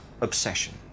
obsession